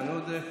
איימן עודה,